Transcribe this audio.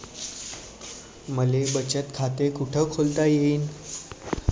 मले बचत खाते कुठ खोलता येईन?